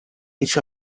each